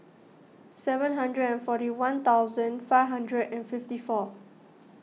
seven hundred and forty one thousand five hundred and fifty four